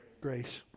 Grace